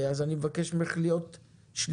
אני מבקש ממך להיות שליחתנו.